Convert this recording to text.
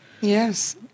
Yes